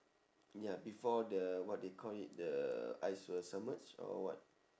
ya before the what they call it the ice will submerge or what